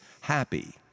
happy